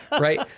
right